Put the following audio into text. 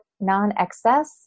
non-excess